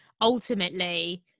ultimately